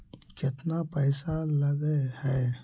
केतना पैसा लगय है?